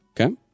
Okay